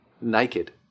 naked